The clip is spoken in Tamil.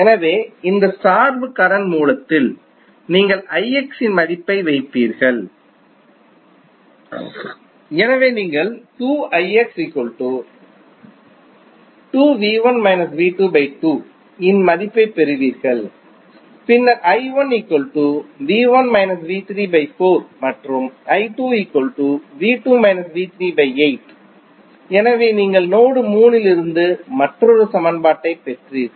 எனவே இந்த சார்பு கரண்ட் மூலத்தில் நீங்கள் இன் மதிப்பை வைப்பீர்கள் எனவே நீங்கள் இன் மதிப்பைப் பெறுவீர்கள் பின்னர் மற்றும் எனவே நீங்கள் நோடு 3 இலிருந்து மற்றொரு சமன்பாட்டைப் பெற்றீர்கள்